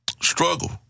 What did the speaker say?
struggle